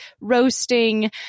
roasting